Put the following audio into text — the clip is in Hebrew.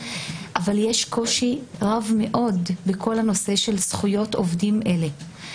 אבל יש קושי רב מאוד בכל הנושא של זכויות עובדים אלה.